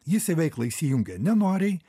jis į veiklą įsijungia nenoriai